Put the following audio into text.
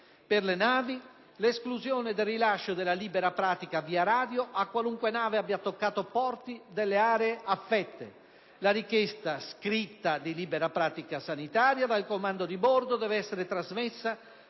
Per le navi: esclusione del rilascio della libera pratica via radio a qualunque nave abbia toccato porti delle aree affette. La richiesta scritta di libera pratica sanitaria dal comando di bordo deve essere trasmessa